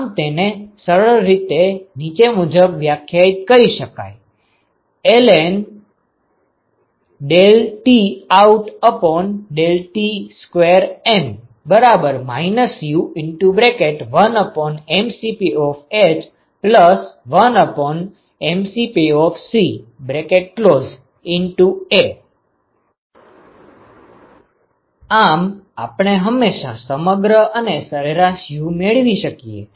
આમ તેને સરળ રીતે નીચે મુજબ વ્યખ્યાયિત કરી શકાય lnT0utΔTⅈn U1mCph1mCpCA આમ આપણે હંમેશા સમગ્ર અને સરેરાશ U મેળવી શકીએ